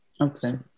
Okay